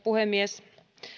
puhemies